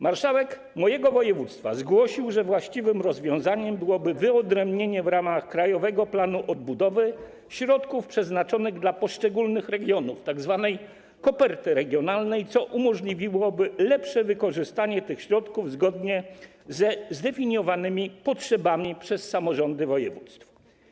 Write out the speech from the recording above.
Marszałek mojego województwa zgłosił, że właściwym rozwiązaniem byłoby wyodrębnienie w ramach Krajowego Planu Odbudowy środków przeznaczonych dla poszczególnych regionów, tzw. koperty regionalnej, co umożliwiłoby lepsze wykorzystanie tych środków zgodnie ze zdefiniowanymi potrzebami przez samorządy województw.